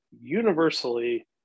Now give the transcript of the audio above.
universally